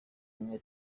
umwe